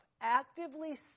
actively